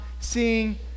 seeing